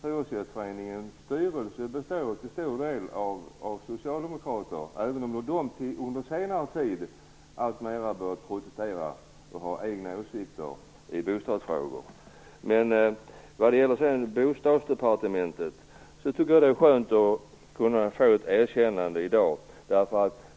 Hyresgästförbundets styrelse består till stor del av socialdemokrater, även om de under senare tid alltmer börjat protestera och ha egna åsikter i bostadsfrågor. Vad gäller bostadsdepartement tycker jag att det är skönt att kunna få ett erkännande i dag.